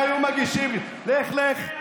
לך, לך.